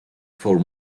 for